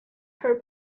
her